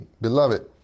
beloved